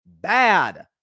Bad